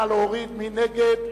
מי נגד?